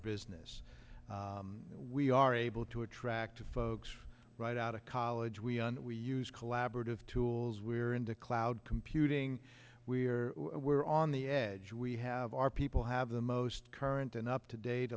business we are able to attract folks right out of college we and we use collaborative tools we're in the cloud computing we're we're on the edge we have our people have the most current and up to date